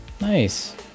Nice